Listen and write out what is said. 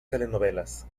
telenovelas